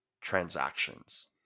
transactions